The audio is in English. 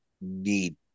need